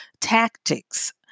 tactics